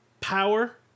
power